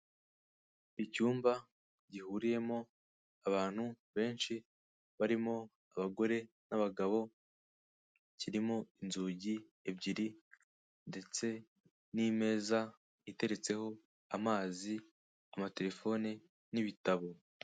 Icyumba gihuriyemo abantu benshi barimo abagore n'abagabo. Kirimo inzugi ebyiri ndetse n'imeza iteretseho amazi, amatelefoni n'ibitabo.